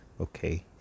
okay